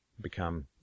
become